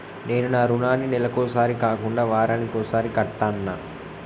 నేను నా రుణాన్ని నెలకొకసారి కాకుండా వారానికోసారి కడ్తన్నా